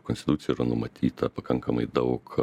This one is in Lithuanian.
konstitucijoj yra numatyta pakankamai daug